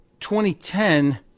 2010